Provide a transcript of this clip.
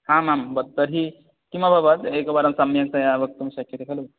आमां तर्हि किमभवत् एकवारं सम्यक्तया वक्तुं शक्यते खलु